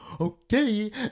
okay